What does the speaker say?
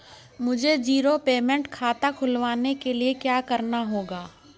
मुझे zero payment खाता खुलवाने के लिए क्या करना होगा?